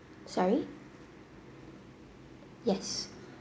sorry yes